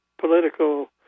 political